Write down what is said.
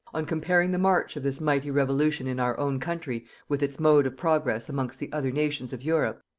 on comparing the march of this mighty revolution in our own country with its mode of progress amongst the other nations of europe,